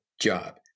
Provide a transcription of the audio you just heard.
job